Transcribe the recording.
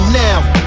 now